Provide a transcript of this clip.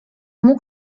mógł